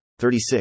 36